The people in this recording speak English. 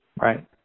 Right